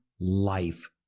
life